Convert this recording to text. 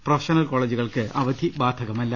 professional കോളേജുകൾക്ക് അവധി ബാധകമല്ല